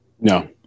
No